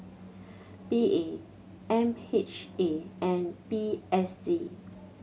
P A M H A and P S D